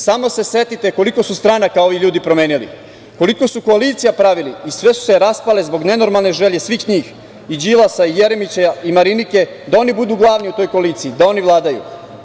Samo se setite koliko su stranaka ovi ljudi promenili, koliko su koalicija pravili i sve su se rastale zbog nenormalne želje svih njih, i Đilasa i Jeremića i Marinike, da oni budu glavni u toj koaliciji, da oni vladaju.